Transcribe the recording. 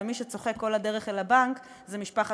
ומי שצוחק כל הדרך אל הבנק זה משפחת